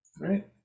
Right